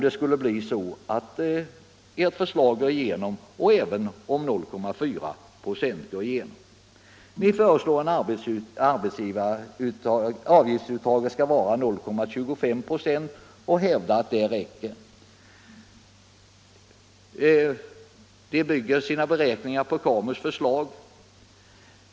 Detta måste gälla om ert förslag går igenom och även ifall förslaget om 0,4 26 går igenom. Centern och folkpartiet föreslår att avgiftsuttaget skall vara 0,25 96 och hävdar att det räcker. De båda partierna bygger sina beräkningar på KAMU:s förslag.